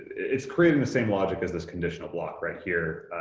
it's creating the same logic as this conditional block right here,